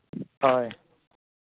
ᱦᱳᱭ